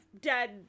dead